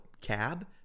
cab